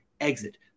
exit